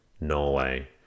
Norway